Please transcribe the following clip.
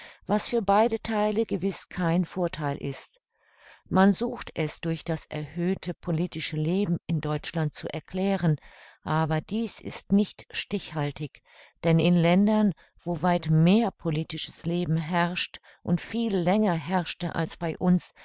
was für beide theile gewiß kein vortheil ist man sucht es durch das erhöhte politische leben in deutschland zu erklären aber dies ist nicht stichhaltig denn in ländern wo weit mehr politisches leben herrscht und viel länger herrschte als bei uns